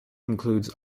includes